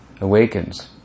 awakens